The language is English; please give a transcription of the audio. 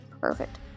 perfect